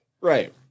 Right